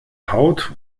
haut